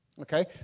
Okay